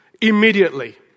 Immediately